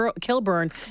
Kilburn